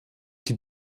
die